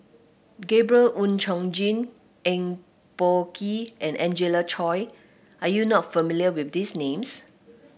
Gabriel Oon Chong Jin Eng Boh Kee and Angelina Choy are you not familiar with these names